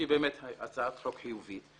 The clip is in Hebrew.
שהיא באמת הצעת חוק חיובית,